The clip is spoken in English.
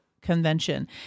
convention